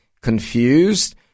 confused